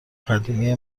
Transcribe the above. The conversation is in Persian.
قدیمی